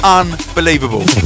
unbelievable